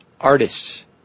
artists